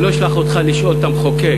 אני לא אשלח אותך לשאול את המחוקק,